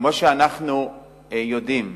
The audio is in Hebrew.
כמו שאנחנו יודעים,